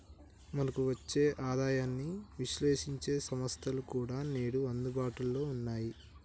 మనకు వచ్చే ఆదాయాన్ని విశ్లేశించే సంస్థలు కూడా నేడు అందుబాటులో ఉన్నాయి